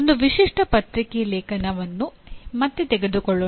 ಒಂದು ವಿಶಿಷ್ಟ ಪತ್ರಿಕೆ ಲೇಖನವನ್ನು ಮತ್ತೆ ತೆಗೆದುಕೊಳ್ಳೋಣ